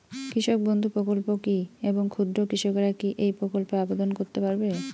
কৃষক বন্ধু প্রকল্প কী এবং ক্ষুদ্র কৃষকেরা কী এই প্রকল্পে আবেদন করতে পারবে?